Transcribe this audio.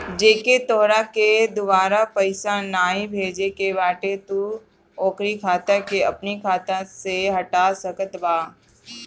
जेके तोहरा के दुबारा पईसा नाइ भेजे के बाटे तू ओकरी खाता के अपनी खाता में से हटा सकत बाटअ